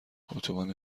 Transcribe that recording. اتوبان